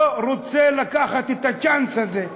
לא רוצה לקחת את הצ'אנס הזה.